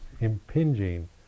impinging